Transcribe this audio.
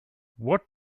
what